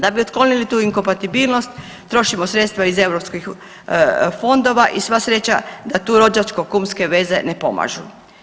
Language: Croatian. Da bi otklonili tu inkompatibilnost trošimo sredstva iz eu fondova i sva sreća da tu rođačko-kumske veze ne pomažu.